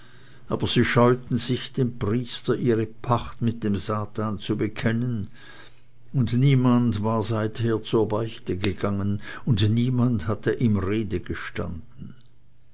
aber sie scheuten sich dem priester ihre pacht mit dem satan zu bekennen und niemand war seither zur beichte gegangen und niemand hatte ihm rede gestanden